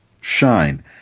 shine